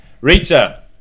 Rita